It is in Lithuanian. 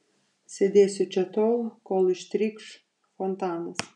sėdėsiu čia tol kol ištrykš fontanas